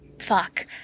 fuck